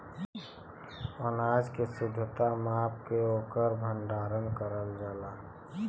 अनाज के शुद्धता माप के ओकर भण्डारन करल जाला